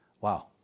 Wow